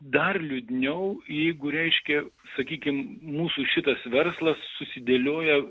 dar liūdniau jeigu reiškia sakykim mūsų šitas verslas susidėlioja